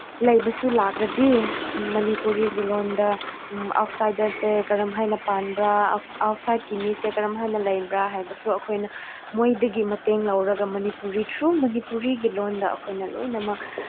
ꯂꯩꯕꯁꯨ ꯂꯥꯛꯂꯗꯤ ꯃꯅꯤꯄꯨꯔꯤꯒꯤ ꯂꯣꯟꯗ ꯑꯥꯎꯁꯥꯏꯗꯔꯁꯦ ꯀꯔꯝ ꯍꯥꯏꯅ ꯄꯥꯟꯕ꯭ꯔ ꯑꯥꯎꯁꯥꯏꯠꯇꯒꯤ ꯃꯤꯁꯦ ꯀꯔꯝ ꯍꯥꯏꯅ ꯂꯩꯕ꯭ꯔ ꯍꯥꯏꯕꯁꯨ ꯑꯩꯈꯣꯏꯅ ꯃꯣꯏꯗꯒꯤ ꯃꯇꯦꯡ ꯂꯧꯔꯒ ꯃꯅꯤꯄꯨꯔꯤ ꯊ꯭ꯔꯨ ꯃꯅꯤꯄꯨꯔꯤꯒꯤ ꯂꯣꯟꯗ ꯑꯩꯈꯣꯏꯅ ꯂꯣꯏꯅꯃꯛ